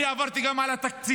אני עברתי גם על התקציב.